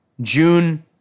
June